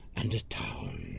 and a town?